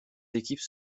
équipes